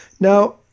Now